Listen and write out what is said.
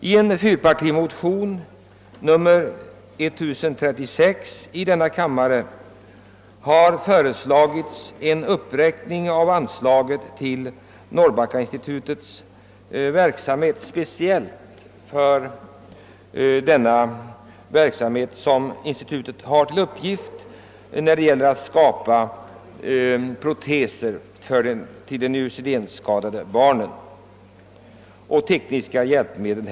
I en fyrpartimotion, nr 1036 i denna kammare, har föreslagits en uppräkning av anslaget till protesforskningen vid Norrbackainstitutet.